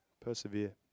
persevere